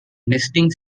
nesting